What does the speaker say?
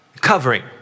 covering